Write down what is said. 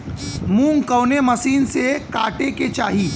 मूंग कवने मसीन से कांटेके चाही?